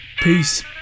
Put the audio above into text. Peace